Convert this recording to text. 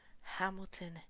Hamilton